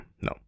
No